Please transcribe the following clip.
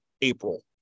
april